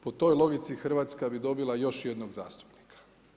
Po toj logici Hrvatska bi dobila još jednog zastupnika.